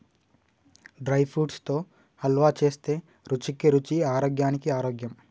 dry fruits తో హల్వా చేస్తే రుచికి రుచి ఆరోగ్యానికి ఆరోగ్యం